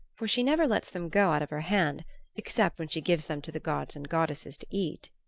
for she never lets them go out of her hand except when she gives them to the gods and goddesses to eat.